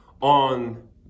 on